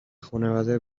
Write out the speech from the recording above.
خونواده